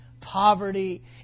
poverty